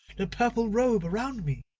the purple robe around me,